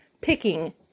picking